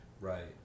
Right